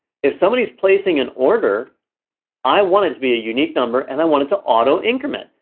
if somebody's placing an order i want it to be a unique number and i want it to auto increment.